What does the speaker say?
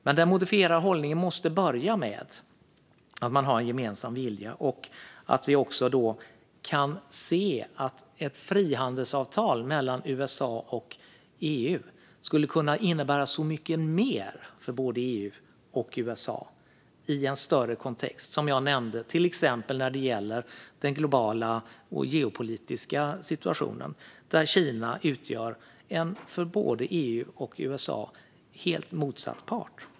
Denna modifierade hållning måste dock börja med att man har en gemensam vilja och kan se att ett frihandelsavtal mellan USA och EU skulle kunna innebära så mycket mer för båda parter i en större kontext, till exempel, som jag nämnde, när det gäller den globala geopolitiska situationen, där Kina för både EU och USA utgör en helt motsatt part.